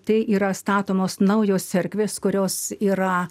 tai yra statomos naujos cerkvės kurios yra